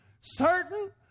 certain